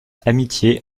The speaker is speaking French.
amitié